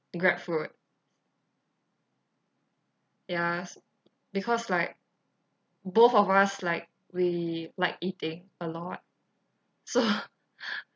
grabfood ya because like both of us like we like eating a lot so